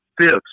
fifth